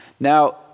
Now